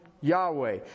Yahweh